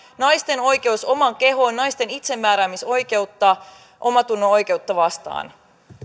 naisten oikeutta omaan kehoon naisten itsemääräämisoikeutta omantunnonoikeutta vastaan